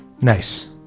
nice